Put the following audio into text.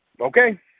okay